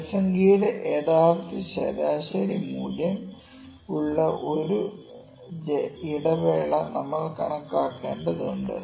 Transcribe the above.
ജനസംഖ്യയുടെ യഥാർത്ഥ ശരാശരി മൂല്യം ഉള്ള ഒരു ഇടവേള നമ്മൾ കണക്കാക്കേണ്ടതുണ്ട്